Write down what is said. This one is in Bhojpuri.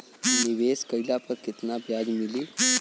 निवेश काइला पर कितना ब्याज मिली?